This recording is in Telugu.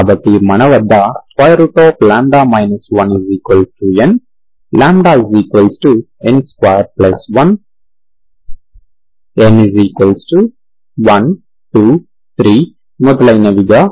కాబట్టి మన వద్ద ⇒ 1n ⇒ n21 n123